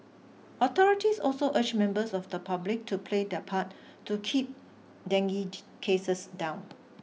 authorities also urged members of the public to play their part to keep dengue cases down